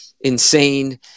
insane